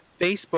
Facebook